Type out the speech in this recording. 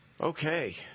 okay